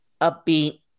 upbeat